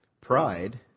Pride